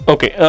Okay